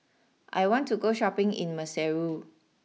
I want to go Shopping in Maseru